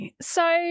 So-